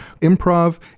Improv